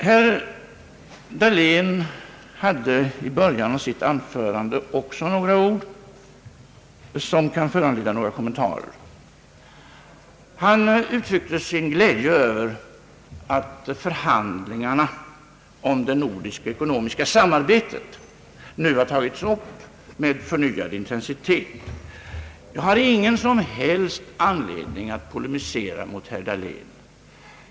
Några ord i början av herr Dahléns anförande föranleder kommentarer. Herr Dahlén uttryckte sin glädje över att förhandlingarna om det nordiska ekonomiska samarbetet nu har tagits upp med förnyad intensitet. Jag har ingen som helst anledning att polemisera mot honom på den punkten.